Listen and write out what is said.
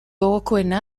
gogokoena